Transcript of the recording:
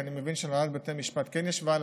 כי אני מבין שהנהלת בתי משפט כן ישבה על